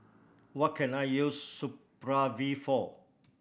what can I use Supravit for